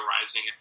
Rising